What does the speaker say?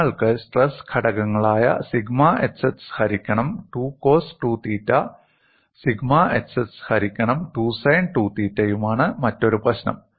നിങ്ങൾക്ക് സ്ട്രെസ് ഘടകങ്ങളായ sigma xx ഹരിക്കണം 2 കോസ് 2 തീറ്റയും സിഗ്മ xx ഹരിക്കണം 2 സൈൻ 2 തീറ്റയുമാണ് മറ്റൊരു പ്രശ്നം